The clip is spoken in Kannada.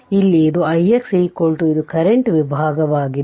ಆದ್ದರಿಂದ ಇಲ್ಲಿ ಅದು ix ಇದು ಕರೆಂಟ್ ವಿಭಾಗವಾಗಿದೆ